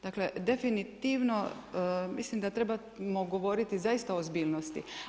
Dakle, definitivno mislim da trebamo govoriti zaista o ozbiljnosti.